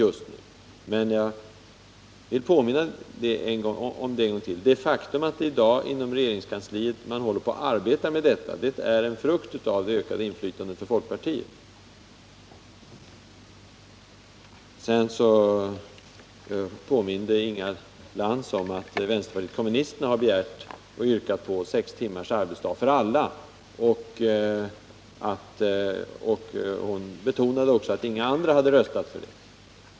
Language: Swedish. Jag vill än en gång understryka, att det faktum att man i dag inom regeringskansliet arbetar med detta, är en frukt av det ökade inflytandet för folkpartiet. Inga Lantz nämnde att vänsterpartiet kommunisterna har yrkat på sex timmars arbetsdag för alla. Hon betonade att inga andra partier röstade för det.